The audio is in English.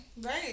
Right